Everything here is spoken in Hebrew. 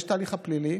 יש את ההליך הפלילי,